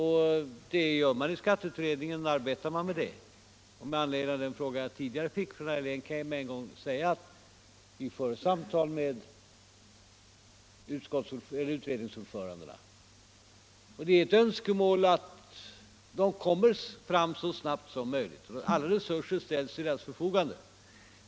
Man arbetar med det i skatteutredningen, och med anledning av den fråga jag tidigare fick från herr Helén kan jag säga att vi för samtal med utredningsordförandena. Det är ett önskemål att de kommer fram med sina betänkanden så snabbt som möjligt, och alla resurser ställs till deras förfogande.